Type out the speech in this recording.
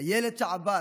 הילד שעבר